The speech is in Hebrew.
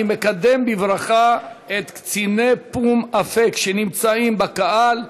אני מקדם בברכה את קציני פו"ם אפק שנמצאים בקהל.